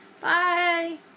bye